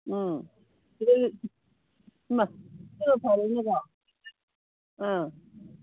ꯎꯝ ꯁꯤꯗꯒꯤ ꯏꯃꯥ ꯑꯗꯨꯅ ꯐꯔꯦꯅꯦꯀꯣ ꯑꯥ